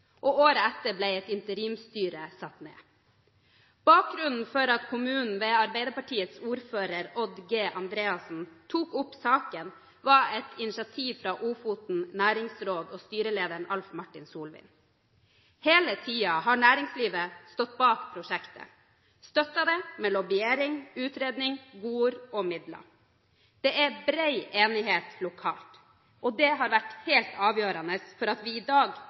og året etter ble et interimsstyre satt ned. Bakgrunnen for at kommunen ved Arbeiderpartiets ordfører Odd G. Andreassen tok opp saken var et initiativ fra Ofoten Næringsråd og styrelederen Alf Martin Solvin. Hele tiden har næringslivet stått bak prosjektet, støttet det med lobbying, utredning, godord og midler. Det er bred enighet lokalt. Det har vært helt avgjørende for at vi i dag